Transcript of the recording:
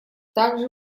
также